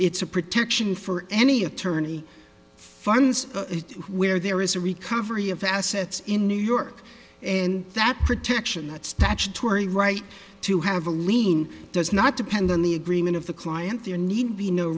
it's a protection for any attorney funds where there is a recovery of assets in new york and that protection that statutory right to have a lien does not depend on the agreement of the client there need be no